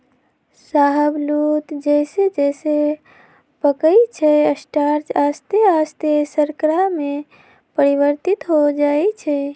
शाहबलूत जइसे जइसे पकइ छइ स्टार्च आश्ते आस्ते शर्करा में परिवर्तित हो जाइ छइ